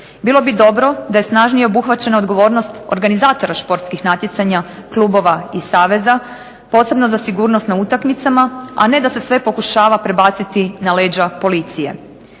Bilo bi dobro da je snažnije obuhvaćena odgovornost organizatora športskih natjecanja, klubova i saveza, posebno za sigurnost na utakmicama, a ne da se sve pokušava prebaciti na leđa policije.